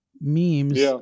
memes